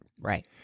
Right